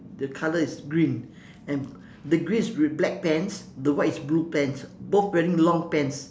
the colour is green and the green is with black pants the white is blue pants both wearing long pants